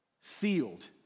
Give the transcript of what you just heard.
Sealed